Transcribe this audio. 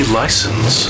license